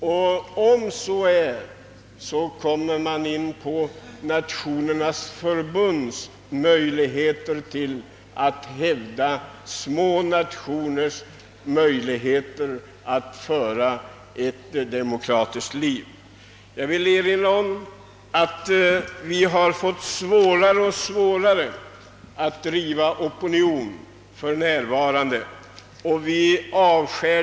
Då kommer man också in på frågan om Förenta Nationernas förutsättningar att hävda små nationers möjligheter att föra ett demokratiskt liv. Vi har fått svårare och svårare att driva opinion.